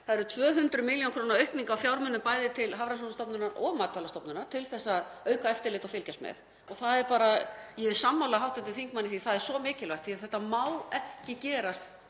Það er 200 millj. kr. aukning á fjármunum bæði til Hafrannsóknastofnunar og Matvælastofnunar til þess að auka eftirlit og fylgjast með. Ég er sammála hv. þingmanni í því, það er svo mikilvægt því að það má ekki gerast